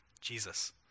Jesus